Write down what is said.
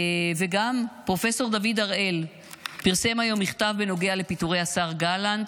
גם פרופ' דוד הראל פרסם היום מכתב בנוגע לפיטורי השר גלנט.